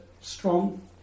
strong